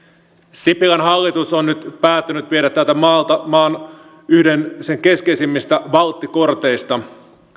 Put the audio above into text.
sipilän hallitus on nyt päättänyt viedä tältä maalta yhden sen keskeisimmistä valttikorteista